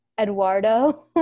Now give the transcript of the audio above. eduardo